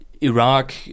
Iraq